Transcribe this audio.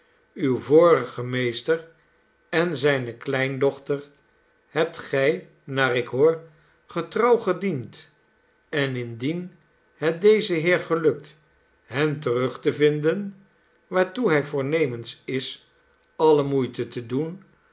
uw vorigen meester en zijne kleindochter hebt gij naar ik hoor getrouw gediend en indien het dezen heer gelukt hen terug te vinden waartoe hij voornemens is alle moeite te doen